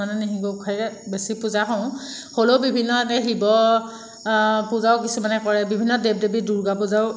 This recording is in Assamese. মানে শিৱ হেৰিয়াক বেছি পূজা কৰোঁ হ'লেও বিভিন্ন এতিয়া শিৱ পূজাও কিছুমানে কৰে বিভিন্ন দেৱ দেৱী দুৰ্গা পূজাও